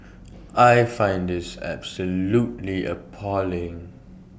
I find this absolutely appalling